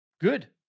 Good